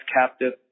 captive